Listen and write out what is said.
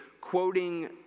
quoting